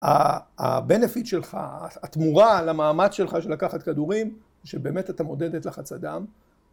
ה benefit שלך, התמורה על המאמץ שלך של לקחת כדורים שבאמת אתה מודד את לחץ הדם